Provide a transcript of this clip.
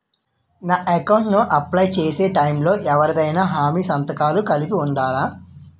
నా అకౌంట్ ను అప్లై చేసి టైం లో ఎవరిదైనా హామీ సంతకాలు కలిపి ఉండలా?